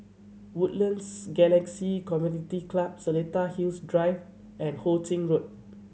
Woodlands Galaxy Community Club Seletar Hills Drive and Ho Ching Road